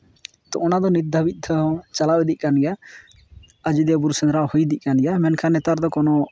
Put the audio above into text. ᱛᱚ ᱚᱱᱟ ᱫᱚ ᱱᱤᱛ ᱫᱷᱟᱹᱵᱤᱡ ᱛᱮᱦᱚᱸ ᱪᱟᱞᱟᱣ ᱤᱫᱤᱜ ᱠᱟᱱ ᱜᱮᱭᱟ ᱟᱡᱚᱫᱤᱭᱟᱹ ᱵᱩᱨᱩ ᱥᱮᱸᱫᱽᱨᱟ ᱦᱩᱭ ᱤᱫᱤᱜ ᱠᱟᱱ ᱜᱮᱭᱟ ᱢᱮᱱᱠᱷᱟᱱ ᱱᱮᱛᱟᱨ ᱫᱚ ᱠᱚᱱᱳ